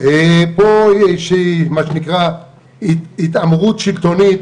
יש פה מה שנקרא התעמרות שלטונית